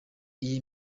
iyi